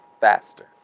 faster